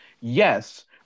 Yes